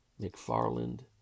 McFarland